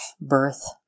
birth